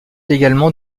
également